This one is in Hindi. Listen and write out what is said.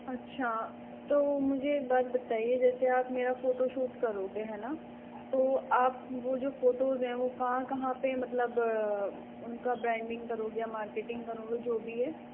अच्छा तो मुझे एक बात बताइए जैसे आप मेरा फोटोशूट करोगे है ना तो आप वो जो फोटोज़ हैं वो कहाँ कहाँ पे है मतलब उनका ब्रांडिंग करोगे या मार्केटिंग करोगे जो भी है